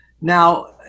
Now